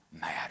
matter